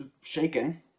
shaken